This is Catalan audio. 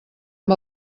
amb